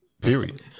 Period